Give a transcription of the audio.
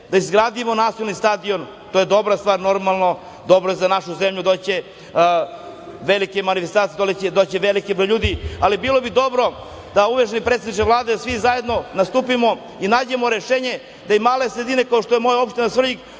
da izgradimo nacionalni stadion, to je dobra stvar, normalno, dobro je za našu zemlju, doći će velike manifestacije, doći će veliki broj ljudi, ali bilo bi dobro, uvaženi predsedniče Vlade, da svi zajedno nastupimo i nađemo rešenje da i male sredine kao što je moja opština Svrljig